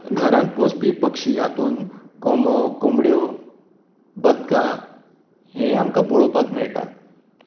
घरान पोसपी पक्षी हातून कोंबो कोंबड्यो बदकां हेय आमकां पळोवपाक मेळटा